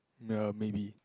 ya maybe